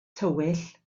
tywyll